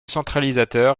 centralisateur